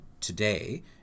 today